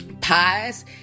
pies